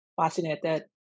fascinated